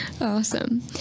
awesome